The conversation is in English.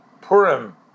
Purim